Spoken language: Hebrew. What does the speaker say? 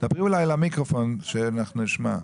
דברי למיקרופון, כדי שאנחנו נשמע.